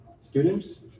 students